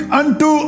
unto